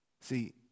See